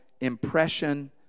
Impression